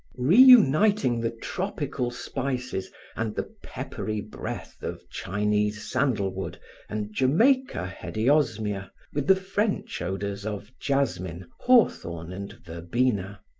reuniting the tropical spices and the peppery breath of chinese sandal wood and jamaica hediosmia with the french odors of jasmine, hawthorn and verbena.